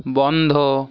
বন্ধ